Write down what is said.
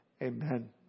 amen